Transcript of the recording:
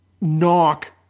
knock